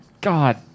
God